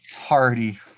Hardy